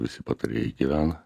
visi patarėjai gyvena